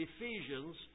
Ephesians